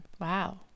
Wow